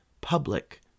public